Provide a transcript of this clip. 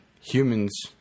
humans